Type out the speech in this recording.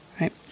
right